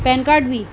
pen काड बि